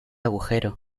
agujero